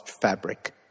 fabric